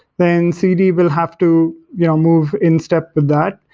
then cd will have to you know move in step with that.